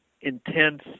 intense